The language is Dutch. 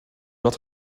dat